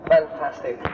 Fantastic